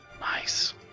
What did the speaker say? Nice